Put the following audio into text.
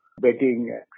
betting